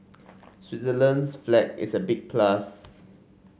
Switzerland's flag is a big plus